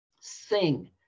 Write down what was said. Sing